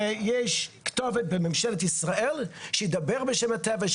שיש כתובת בממשלת ישראל שתדבר בשם הטבע,